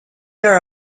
are